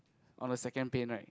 on the second paint right